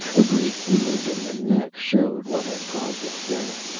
a great wound in the neck showed what had caused its death.